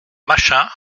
machin